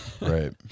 right